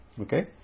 Okay